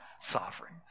sovereign